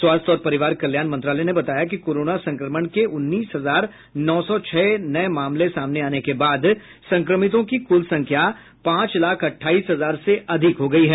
स्वास्थ्य और परिवार कल्याण मंत्रालय ने बताया कि कोरोना संक्रमण के उन्नीस हजार नौ सौ छह नये मामले सामने आने के बाद संक्रमितों की कुल संख्या पांच लाख अट्ठाईस हजार से अधिक हो गई है